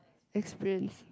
experience